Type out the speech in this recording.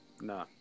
No